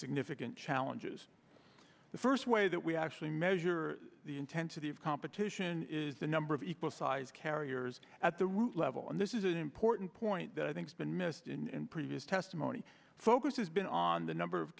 significant challenges the first way that we actually measure the intensity of competition is the number of equal size carriers at the root level and this is an important point that i think has been missed in previous testimony focus has been on the number of